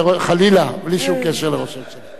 חלילה, בלי שום קשר לראש הממשלה.